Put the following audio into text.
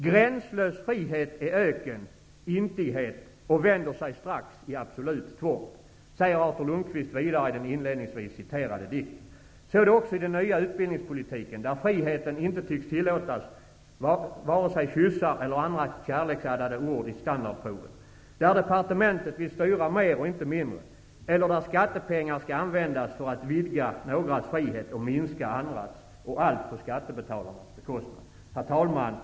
''Gränslös frihet är öken, intighet och vänder sig strax i absolut tvång'' säger Artur Lundkvist vidare i den inledningsvis citerade dikten. Så är det också i den nya utbildningspolitiken, där friheten inte tycks tillåta vare sig kyssar eller andra kärleksladdade ord i standardproven och där departementet vill styra mer, inte mindre, eller där skattepengar skall användas för att vidga någras frihet och minska andras, allt på skattebetalarnas bekostnad. Herr talman!